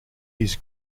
his